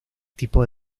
tipo